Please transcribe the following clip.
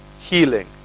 healing